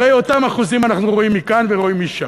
הרי אותם אחוזים אנחנו רואים מכאן ורואים משם.